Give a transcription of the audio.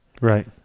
right